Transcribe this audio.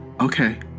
okay